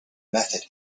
method